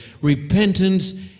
repentance